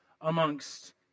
amongst